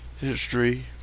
History